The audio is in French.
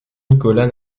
nicolas